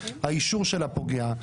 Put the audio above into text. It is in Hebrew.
האישור שלה פוגע.